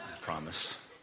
promise